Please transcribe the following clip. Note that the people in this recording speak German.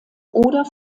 oder